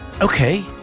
okay